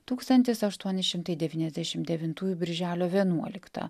tūkstantis aštuoni šimtai devyniasdešim devintųjų birželio vienuoliktą